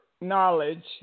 knowledge